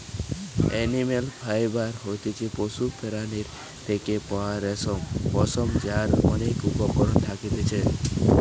animal fibre হতিছে পশুর প্রাণীর থেকে পাওয়া রেশম, পশম যার অনেক উপকরণ থাকতিছে